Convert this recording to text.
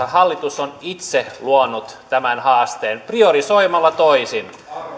hallitus on itse luonut tämän haasteen priorisoimalla toisin